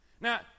Now